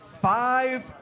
five